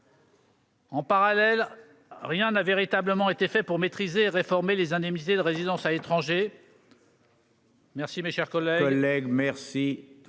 En parallèle, rien n'a véritablement été fait pour maîtriser et réformer les indemnités de résidence à l'étranger,